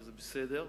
וזה בסדר.